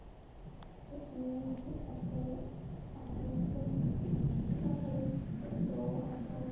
ᱦᱮᱡ ᱱᱤᱧ ᱦᱮᱡ ᱠᱟᱛᱮ ᱫᱟᱠᱟ ᱡᱚᱢ ᱠᱤᱫᱟᱹᱧ ᱫᱟᱠᱟ ᱡᱚᱢ ᱠᱟᱛᱮ ᱫᱚ ᱟᱫᱚ